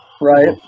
right